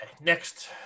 next